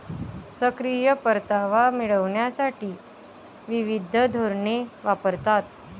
सक्रिय परतावा मिळविण्यासाठी विविध धोरणे वापरतात